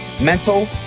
mental